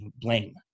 blame